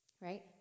Right